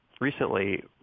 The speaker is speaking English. recently